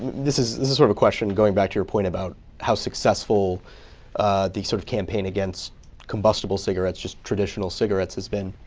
this is is sort of question going back to your point about how successful the sort of campaign against combustible cigarettes, just traditional cigarettes has been.